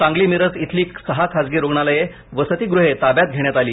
सांगली मिरज इथली सहा खासगी रुग्णालये वसतिगृहे ताब्यात घेण्यात आली